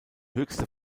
höchste